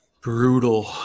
Brutal